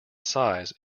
size